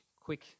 quick